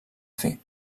fer